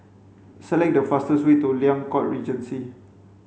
select the fastest way to Liang Court Regency